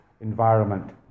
environment